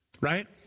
right